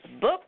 book